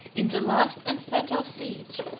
in the last and fatal siege,